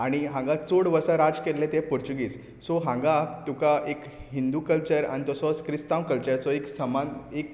आणी हांगा चड वर्सां राज केल्ले ते पोर्चुगीज सो हांगा तुका एक हिंदू कल्चर आनी तसोच क्रिस्तांव कल्चराचो एक समान एक